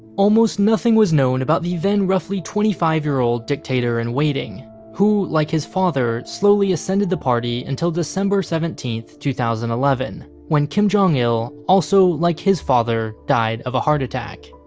almost nothing was known about the then roughly twenty five year old dictator-in-waiting, who, like his father, slowly ascended the party until december seventeenth, two thousand and eleven, when kim jong-il, also like his father, died of a heart attack.